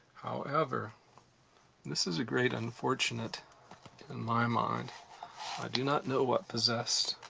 however this is a great unfortunate in my mind i do not know what possessed